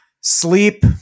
Sleep